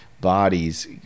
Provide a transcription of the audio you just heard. bodies